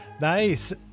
Nice